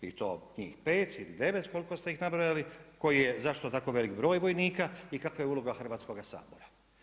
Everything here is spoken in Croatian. I to njih 5 ili 9 koliko ste ih nabrojali, koji je, zašto tako velik broj vojnika i kakva je uloga Hrvatskoga sabora?